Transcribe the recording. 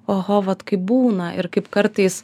oho vat kaip būna ir kaip kartais